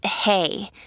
hey